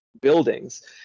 buildings